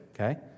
okay